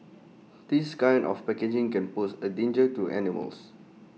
this kind of packaging can pose A danger to animals